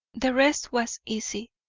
the rest was easy.